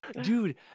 dude